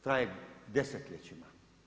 Traje desetljećima.